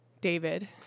David